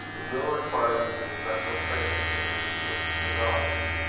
the will requires an especial training and a distinct development,